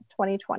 2020